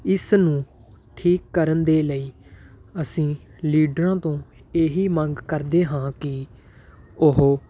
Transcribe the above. ਇਸ ਨੂੰ ਠੀਕ ਕਰਨ ਦੇ ਲਈ ਅਸੀਂ ਲੀਡਰਾਂ ਤੋਂ ਇਹ ਹੀ ਮੰਗ ਕਰਦੇ ਹਾਂ ਕਿ ਉਹ